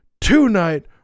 tonight